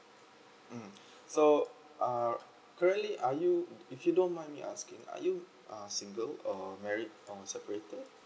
mm so uh currently are you if you don't mind me asking are you uh single or married or separated